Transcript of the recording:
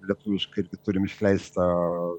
lietuviškai irgi turim išleistą